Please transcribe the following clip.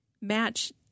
match